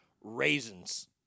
Raisins